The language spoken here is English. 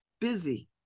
busy